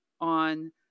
on